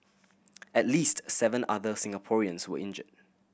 at least seven other Singaporeans were injured